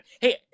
Hey